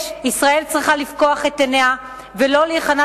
ישראל צריכה לפקוח את עיניה ולא להיכנע